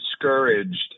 discouraged